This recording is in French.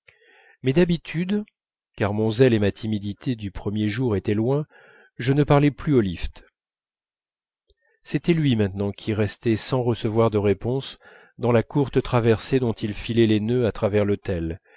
mais d'habitude car mon zèle et ma timidité du premier jour étaient loin je ne parlais plus au lift c'était lui maintenant qui restait sans recevoir de réponses dans la courte traversée dont il filait les nœuds à travers l'hôtel